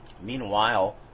meanwhile